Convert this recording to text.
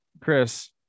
chris